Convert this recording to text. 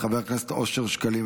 חבר הכנסת אושר שקלים,